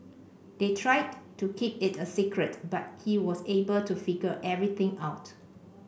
they tried to keep it a secret but he was able to figure everything out